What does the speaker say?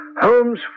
Holmes